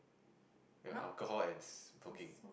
you know alcohol and cooking